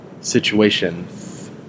situations